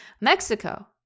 Mexico